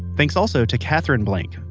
thanks also to katherine blanc,